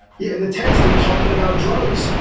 yeah, in the text, they're talkin' about drugs!